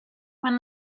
when